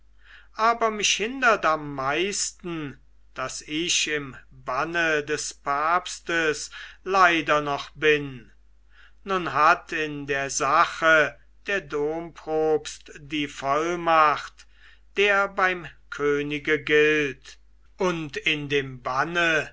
aber mich hindert am meisten daß ich im banne des papstes leider noch bin nun hat in der sache der dompropst die vollmacht der beim könige gilt und in dem banne